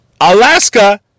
Alaska